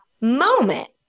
moment